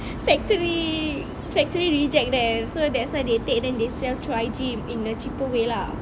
factory factory rejects there so that's why they take then they sell try gym in a cheaper way lah